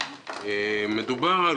מדובר על